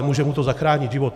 Může mu to zachránit život.